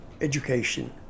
education